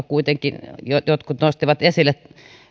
kuitenkin jotkut nostivat esille